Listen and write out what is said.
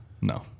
no